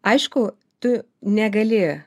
aišku tu negali